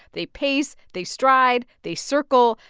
they pace, they stride, they circle,